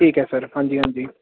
ਠੀਕ ਹੈ ਸਰ ਹਾਂਜੀ ਹਾਂਜੀ